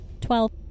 Twelve